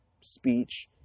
speech